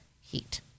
heat